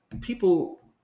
people